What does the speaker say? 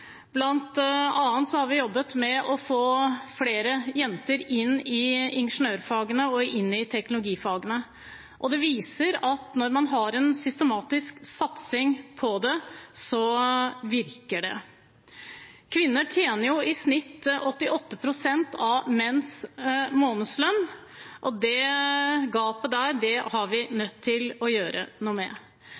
har vi jobbet med å få flere jenter inn i ingeniørfagene og teknologifagene. Det viser at når man har en systematisk satsing på det, virker det. Kvinner tjener i snitt 88 pst. av menns månedslønn. Det gapet er vi nødt til å gjøre noe med.